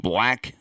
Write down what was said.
Black